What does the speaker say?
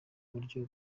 buryo